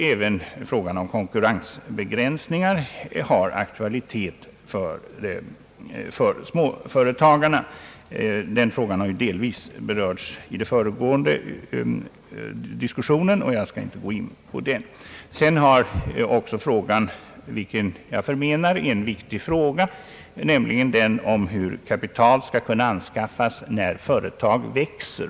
Även frågan om konkurrensbegränsningar har aktualitet för småföretagarna — den frågan har delvis berörts i den föregående diskussionen och jag skall inte gå in på den. Jag vill vidare beröra en annan fråga som jag anser vara mycket viktig, nämligen hur kapital skall kunna anskaffas, när företag växer.